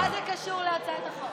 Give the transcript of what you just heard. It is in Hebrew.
מה זה קשור להצעת החוק?